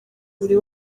buri